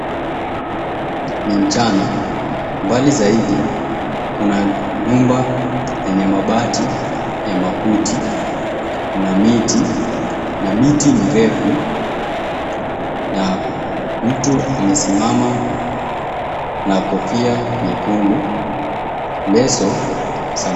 Ni mchana. Mbali zaidi, kuna nyumba yenye mabati ya makuti. Kuna miti, na miti mirefu, na mtu amesimama na kofia nyekundu, leso sama...